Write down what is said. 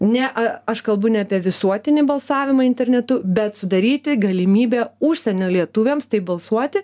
ne a aš kalbu ne apie visuotinį balsavimą internetu bet sudaryti galimybę užsienio lietuviams taip balsuoti